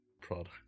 product